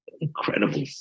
incredible